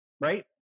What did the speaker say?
right